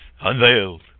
unveiled